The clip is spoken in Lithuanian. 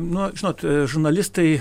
na žinot žurnalistai